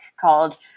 called